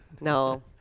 No